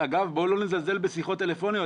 אגב, בואו לא נזלזל בשיחות טלפוניות.